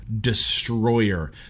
destroyer